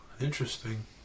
interesting